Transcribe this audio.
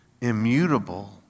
immutable